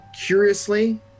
curiously